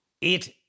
It